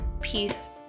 peace